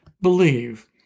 believe